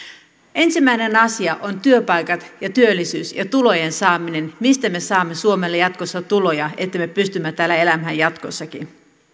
ensimmäinen asia on työpaikat ja työllisyys ja tulojen saaminen se mistä me saamme suomelle jatkossa tuloja että me pystymme täällä elämään jatkossakin